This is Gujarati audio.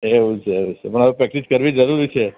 એવું છે એવું છે પણ હવે પ્રેક્ટિસ કરવી જરૂરી છે